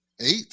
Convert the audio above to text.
Eight